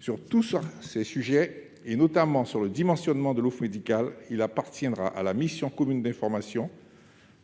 Sur tous ces sujets, notamment sur le dimensionnement de l'offre médicale, il appartiendra à la mission commune d'information